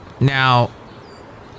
Now